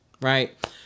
right